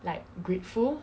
like grateful